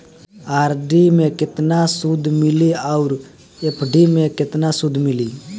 RD मे केतना सूद मिली आउर एफ.डी मे केतना सूद मिली?